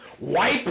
wipe